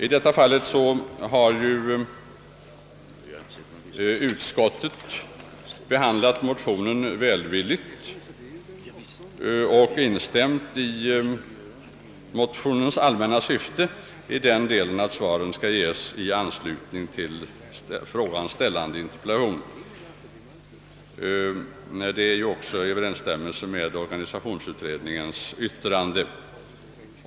Utskottet har behandlat motionen välvilligt och instämt i dess allmänna syfte i den delen att svar skall ges i anslutning till interpellationens framställande. Detta är också i överensstämmelse med organisationsutredningens yttrande.